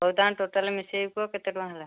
ହଉ ତା'ହେଲେ ଟୋଟାଲି ମିଶାଇକି କୁହ କେତେ ଟଙ୍କା ହେଲା